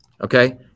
okay